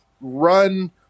run